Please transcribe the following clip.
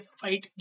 fight